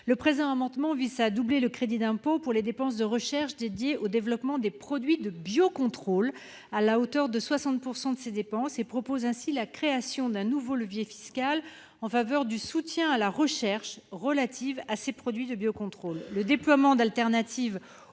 le premier signataire, vise à doubler le crédit d'impôt pour les dépenses de recherche dédiées au développement de produits de biocontrôle à hauteur de 60 % de ces dépenses. Est ainsi proposée la création d'un nouveau levier fiscal en faveur du soutien à la recherche relative à ces produits. Le déploiement d'alternatives